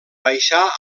baixà